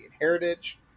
heritage